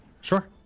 Sure